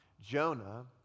Jonah